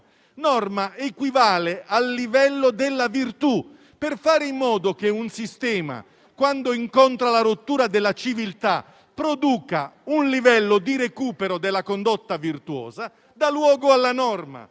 norma equivale al livello della virtù. Un sistema, quando incontra la rottura della civiltà, produce un livello di recupero della condotta virtuosa dando luogo alla norma.